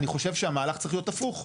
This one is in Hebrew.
אני חושב שהמהלך צריך להיות הפוך.